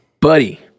Buddy